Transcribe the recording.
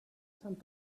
sant